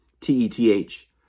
T-E-T-H